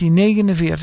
1949